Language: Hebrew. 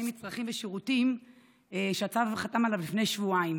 מצרכים ושירותים שהשר חתם עליו לפני שבועיים